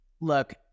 look